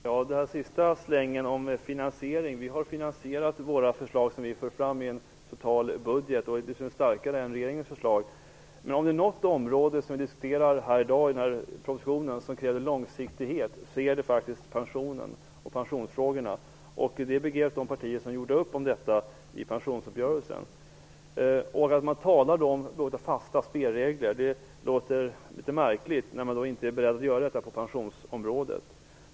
Fru talman! När det gäller den sista slängen om finansiering vill jag säga att vi har finansierat de förslag som vi för fram i en total budget. Den är starkare än regeringens förslag. Om det finns något område i den proposition som vi nu diskuterar som kräver långsiktighet är det faktiskt pensionsfrågorna. Det begrep de partier som gjorde upp om detta i pensionsuppgörelsen. Det låter litet märkligt att man talar om fasta spelregler när man inte är beredd att göra detta på pensionsområdet.